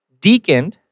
deaconed